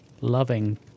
loving